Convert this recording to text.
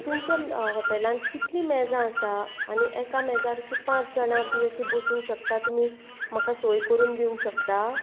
तुमच्या हॉटेलान कितलीं मेजां आसात आनी एका मेजाक अशें पांच जाणां बी अशीं बसूंक शकता तुमी म्हाका सोय करून दिवंक शकतात